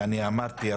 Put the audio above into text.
ואני אמרתי,